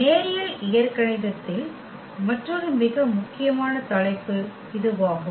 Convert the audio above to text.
நேரியல் இயற்கணிதத்தில் மற்றொரு மிக முக்கியமான தலைப்பு இதுவாகும்